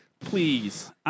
Please